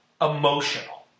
emotional